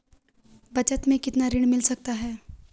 बचत मैं कितना ऋण मिल सकता है?